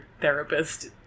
therapist